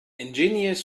ingenious